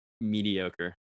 mediocre